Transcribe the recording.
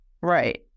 Right